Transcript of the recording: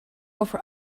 over